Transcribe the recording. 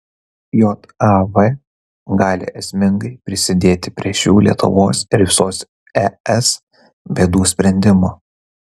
jav gali esmingai prisidėti prie šių lietuvos ir visos es bėdų sprendimo